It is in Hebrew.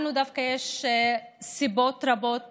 לנו דווקא יש סיבות רבות